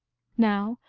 now,